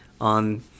on